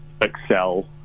excel